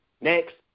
Next